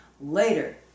Later